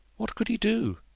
what could he do?